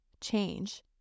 change